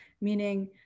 meaning